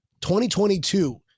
2022